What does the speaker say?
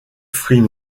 fruits